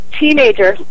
teenager